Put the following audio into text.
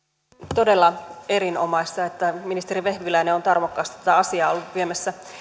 todella erinomaista että ministeri vehviläinen on tarmokkaasti tätä asiaa ollut viemässä